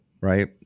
Right